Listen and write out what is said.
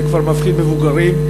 זה כבר מפחיד מבוגרים.